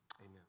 Amen